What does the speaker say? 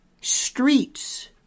streets